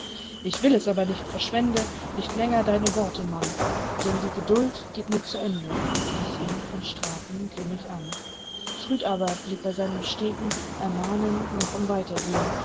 ich will es aber nicht verschwende nicht länger deine worte mann denn die geduld geht mir zu ende ließ ihn van straten grimmig an früd aber blieb bei seinem steten ermahnen noch im weitergehn